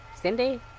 Cindy